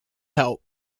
help